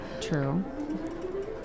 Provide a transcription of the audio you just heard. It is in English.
True